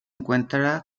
encuentra